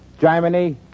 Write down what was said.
Germany